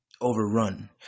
overrun